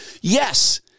Yes